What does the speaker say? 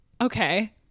Okay